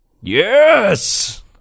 Yes